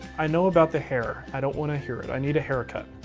i know about the hair, i don't want to hear it. i need a haircut.